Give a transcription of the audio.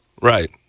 Right